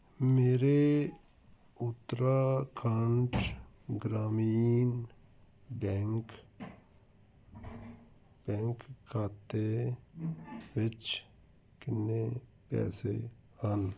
ਮੇਰੇ ਉੱਤਰਾਖੰਡ ਗ੍ਰਾਮੀਣ bank bank ਖਾਤੇ ਵਿੱਚ ਕਿੰਨੇ ਪੈਸੇ ਹਨ